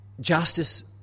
justice